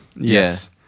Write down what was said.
Yes